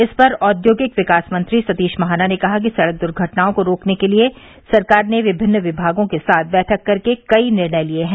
इस पर औद्योगिक विकास मंत्री सतीश महाना ने कहा कि सड़क दुर्घटनाओं को रोकने के लिये सरकार ने विभिन्न विभागों के साथ बैठक करके कई निर्णय लिये हैं